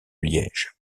liège